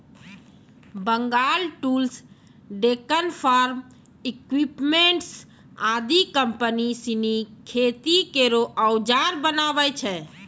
Bengal tools, Deccan farm equipments आदि company सिनी खेती केरो औजार बनावै छै